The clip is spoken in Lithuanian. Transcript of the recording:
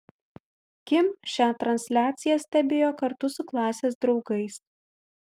kim šią transliaciją stebėjo kartu su klasės draugais